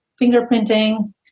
fingerprinting